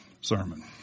sermon